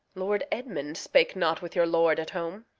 lord edmund spake not with your lord at home?